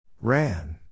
Ran